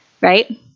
Right